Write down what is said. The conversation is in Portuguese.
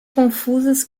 confusas